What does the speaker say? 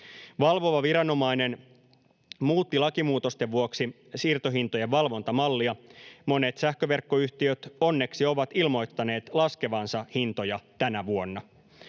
Valvova viranomainen muutti lakimuutosten vuoksi siirtohintojen valvontamallia. Monet sähköverkkoyhtiöt onneksi ovat ilmoittaneet laskevansa hintoja tänä vuonna.